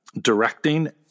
directing